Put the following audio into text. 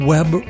Web